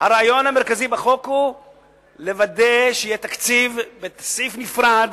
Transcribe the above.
בחוק הוא לוודא שיהיה תקציב בסעיף נפרד